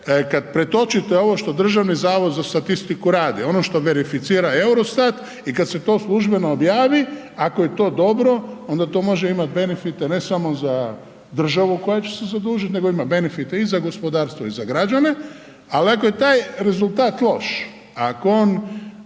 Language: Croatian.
kad pretočite ovo što Državni zavod za statistiku radi, ono što verificira Eurostat i kad se to službeno objavi, ako je to dobro onda to može imat benefite ne samo za državu koja će se zadužit, nego ima benefite i za gospodarstvo i za građane, al ako je taj rezultat loš, ako on,